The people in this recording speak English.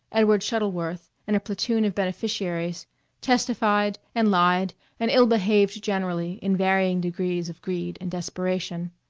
edward shuttleworth and a platoon of beneficiaries testified and lied and ill-behaved generally in varying degrees of greed and desperation.